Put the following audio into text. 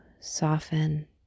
soften